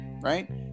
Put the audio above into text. right